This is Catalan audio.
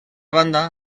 banda